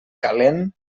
calent